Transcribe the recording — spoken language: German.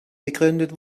gegründet